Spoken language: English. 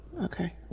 Okay